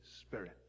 Spirit